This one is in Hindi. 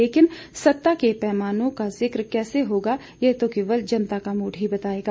लेकिन सत्ता के पैमानों का जिक कैसे होगा यह तो केवल जनता का मूड बताएगा